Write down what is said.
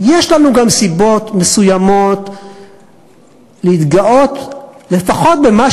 יש לנו גם סיבות מסוימות להתגאות לפחות במה